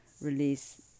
release